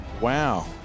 Wow